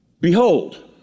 Behold